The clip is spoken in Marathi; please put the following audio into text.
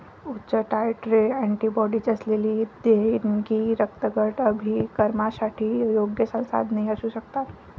उच्च टायट्रे अँटीबॉडीज असलेली देणगी रक्तगट अभिकर्मकांसाठी योग्य संसाधने असू शकतात